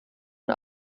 und